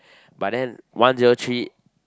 but then one zero three